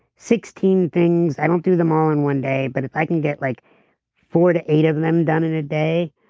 sixteen things. i don't do them all in one day, but if i can get like four to eight of them done in a day,